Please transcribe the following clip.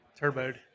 Turboed